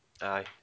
Aye